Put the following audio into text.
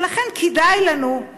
ולכן כדאי לנו,